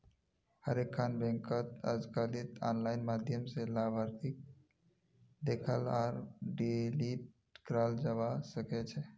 हर एकखन बैंकत अजकालित आनलाइन माध्यम स लाभार्थीक देखाल आर डिलीट कराल जाबा सकेछे